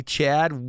Chad